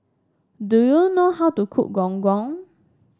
do you know how to cook Gong Gong